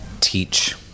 teach